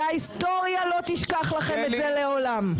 וההיסטוריה לא תשכח לכם את זה לעולם,